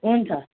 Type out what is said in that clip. हुन्छ